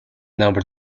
number